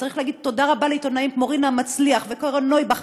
וצריך להגיד תודה רבה לעיתונאים כמו רינה מצליח וקרן נויבך,